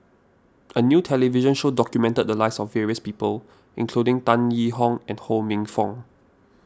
a new television show documented the lives of various people including Tan Yee Hong and Ho Minfong